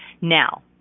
Now